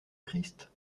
christ